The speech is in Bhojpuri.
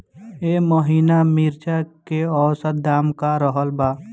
एह महीना मिर्चा के औसत दाम का रहल बा?